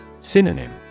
Synonym